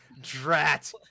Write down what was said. Drat